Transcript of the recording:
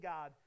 God